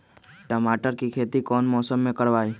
टमाटर की खेती कौन मौसम में करवाई?